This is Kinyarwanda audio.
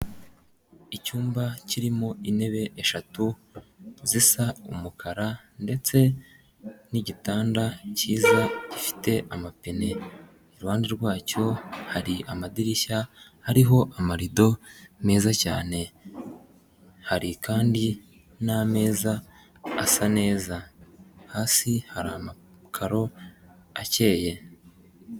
Icyumba kirimo intebe eshatu zisa umukara ndetse n'gitanda cyiza gifite amapine, iruhande rwacyo hari amadirishya, hariho amarido meza cyane, hari kandi n'ameza asa neza, hasi hari amakaro akeye.